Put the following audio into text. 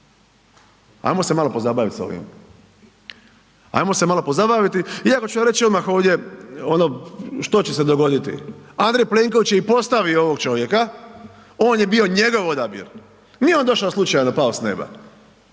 Ajmo se malo pozabavit s ovim. Ajmo se malo pozabaviti iako ću vam reć odmah ovdje ono što će se dogoditi. Andrej Plenković je i postavio ovog čovjeka, on je bio njegov odabir, nije on došao slučajno, pao s nema,